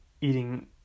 eating